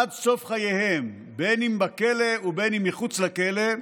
ועד סוף חייהם, בין בכלא ובין מחוץ לכלא,